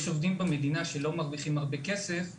יש עובדים במדינה שלא מרוויחים הרבה כסף,